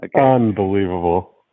Unbelievable